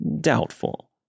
doubtful